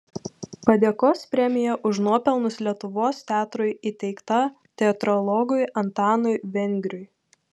padėkos premija už nuopelnus lietuvos teatrui įteikta teatrologui antanui vengriui